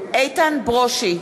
איתן ברושי,